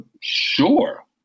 sure